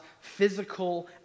physical